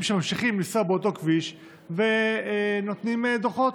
שממשיכים לנסוע באותו כביש ונותנים דוחות,